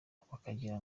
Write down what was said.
bakagira